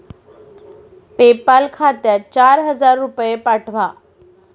PayPal खात्यात चार हजार रुपये पाठवा